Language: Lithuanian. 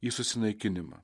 į susinaikinimą